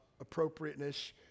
appropriateness